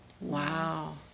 Wow